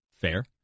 Fair